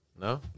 No